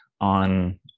on